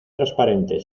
transparente